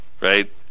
Right